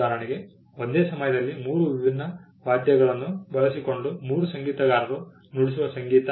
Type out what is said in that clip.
ಉದಾಹರಣೆಗೆ ಒಂದೇ ಸಮಯದಲ್ಲಿ 3 ವಿಭಿನ್ನ ವಾದ್ಯಗಳನ್ನು ಬಳಸಿಕೊಂಡು ಮೂರು ಸಂಗೀತಗಾರರು ನುಡಿಸುವ ಸಂಗೀತ